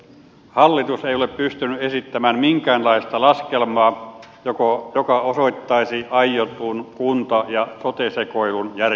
hallitus ei ole pystynyt esittämään minkäänlaista laskelmaa joka osoittaisi aiotun kunta ja sote sekoilun järkeväksi